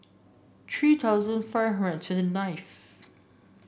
three thousand five hundred and twenty nineth